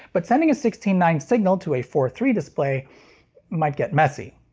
but sending a sixteen nine signal to a four three display might get messy.